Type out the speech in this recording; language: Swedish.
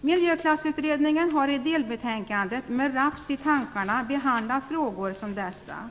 Miljöklassutredningen har i delbetänkandet Med raps i tankarna behandlat frågor som dessa.